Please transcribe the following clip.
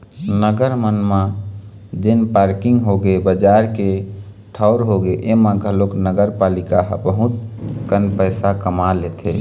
नगर मन म जेन पारकिंग होगे, बजार के ठऊर होगे, ऐमा घलोक नगरपालिका ह बहुत कन पइसा कमा लेथे